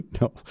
No